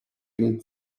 been